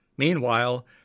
Meanwhile